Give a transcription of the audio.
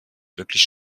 wirklich